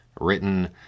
written